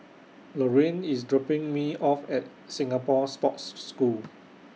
Lorean IS dropping Me off At Singapore Sports School